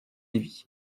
levi